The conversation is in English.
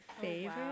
favorite